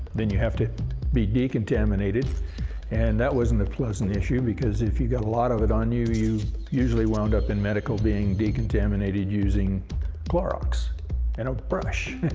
then you have to be decontaminated and that wasn't a pleasant issue because if you got a lot of it on you, you usually wound up in medical being decontaminated using clorox and a brush.